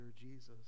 Jesus